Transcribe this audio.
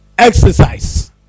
exercise